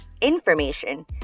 information